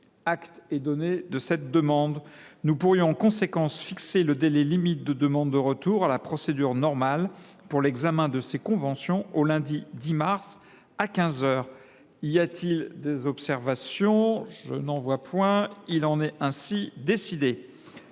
Acte est donné de cette demande. Nous pourrions en conséquence fixer le délai limite de demande de retour à la procédure normale pour l’examen de ces conventions au lundi 10 mars à quinze heures. Y a t il des observations ?… Il en est ainsi décidé.